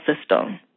system